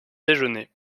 déjeuné